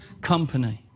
company